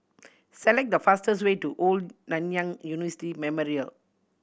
select the fastest way to Old Nanyang University Memorial